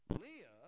Leah